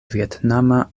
vjetnama